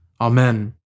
Amen